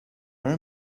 very